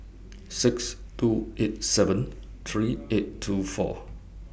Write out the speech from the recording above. six two eight seven three eight two four